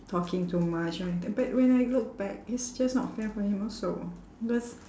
talking too much or anything but when I look back it's just not fair for him also because